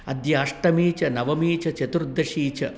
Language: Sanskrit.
अद्य अष्टमी च नवमी च चतुर्दशी च